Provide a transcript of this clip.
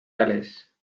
alice